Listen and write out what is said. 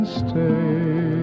stay